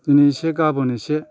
दिनै एसे गाबोन एसे